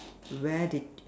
where did you